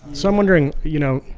so i'm wondering, you know,